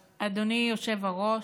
היושב-ראש,